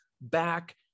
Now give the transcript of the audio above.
back